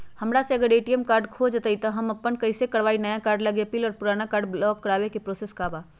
हमरा से अगर ए.टी.एम कार्ड खो जतई तब हम कईसे करवाई नया कार्ड लागी अपील और पुराना कार्ड ब्लॉक करावे के प्रोसेस का बा?